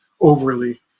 overly